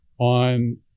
on